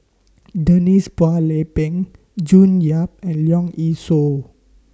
Denise Phua Lay Peng June Yap and Leong Yee Soo